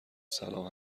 سلام